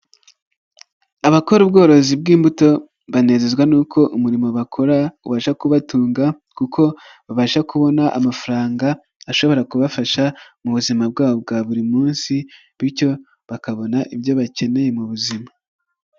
Abakora ubworozi bw'imbuto, banezezwa n'uko umurimo bakora ubasha kubatunga, kuko babasha kubona amafaranga ashobora kubafasha mu buzima bwabo bwa buri munsi, bityo bakabona ibyo bakeneye mu buzima.